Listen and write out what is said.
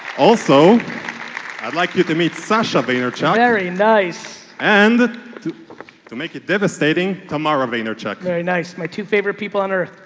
also i'd like you to meet sasha vaynerchuk. very nice and to to make it devastating. tamara vaynerchuk. very nice. my two favorite people on earth.